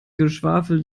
geschwafel